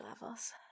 levels